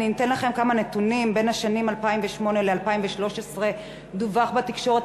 אתן לכם כמה נתונים: בשנים 2008 2013 דווח בתקשורת